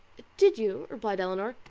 did you? replied elinor.